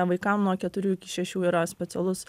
vaikam nuo keturių iki šešių yra specialus